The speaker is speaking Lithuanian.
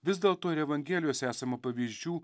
vis dėlto ir evangelijose esama pavyzdžių